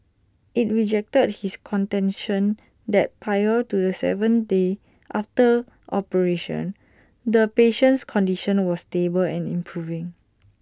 IT rejected his contention that prior to the seventh day after operation the patient's condition was stable and improving